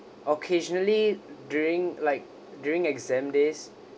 occasionally during like during exam days